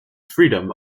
freedom